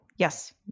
Yes